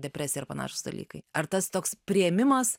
depresija ir panašūs dalykai ar tas toks priėmimas